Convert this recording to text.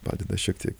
padeda šiek tiek